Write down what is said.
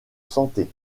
santé